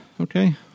Okay